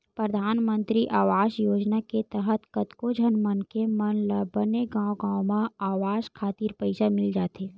परधानमंतरी आवास योजना के तहत कतको झन मनखे मन ल बने गांव गांव म अवास खातिर पइसा मिल जाथे